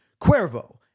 Cuervo